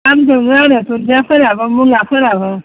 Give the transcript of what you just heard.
दाम दोङो आरो दुन्दियाफोराबो मुलाफोराबो